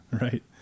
Right